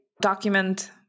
document